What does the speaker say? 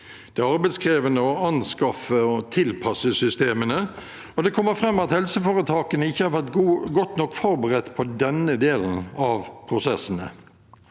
Det er arbeidskrevende å anskaffe og tilpasse systemene, og det kommer fram at helseforetakene ikke har vært godt nok forberedt på denne delen av prosessene.